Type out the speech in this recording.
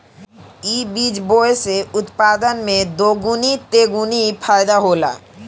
इ बीज बोए से उत्पादन में दोगीना तेगुना फायदा होला